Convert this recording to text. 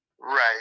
right